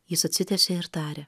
jis atsitiesė ir tarė